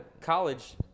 college